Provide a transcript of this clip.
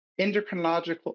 endocrinological